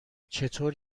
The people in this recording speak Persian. چطور